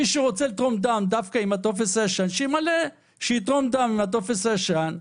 מי שרוצה לתרום דם דווקא עם הטופס הישן שיתרום דם עם הטופס הישן.